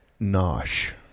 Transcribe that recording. nosh